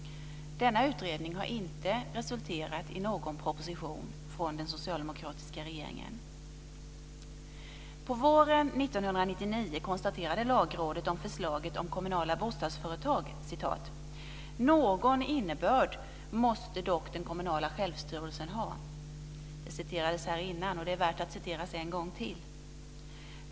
Denna utredning har inte resulterat i någon proposition från den socialdemokratiska regeringen. På våren 1999 konstaterade Lagrådet om förslaget om kommunala bostadsföretag: "Någon innebörd måste dock den kommunala självstyrelsen ha." Det citerades här innan, och det är värt att citeras en gång till.